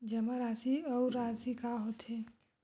जमा राशि अउ राशि का होथे?